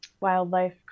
wildlife